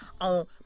on